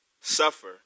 suffer